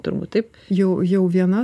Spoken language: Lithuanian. turbūt taip jau jau viena